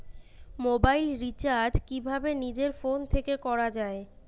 Mobile recharge কিভাবে নিজের phone থেকে করা য়ায়?